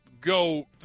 go